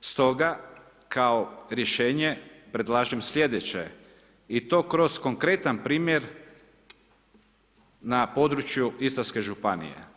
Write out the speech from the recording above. stoga kao rješenje predlažem slijedeće i to kroz konkretan primjer na području Istarske županije.